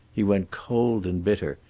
he went cold and bitter,